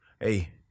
Hey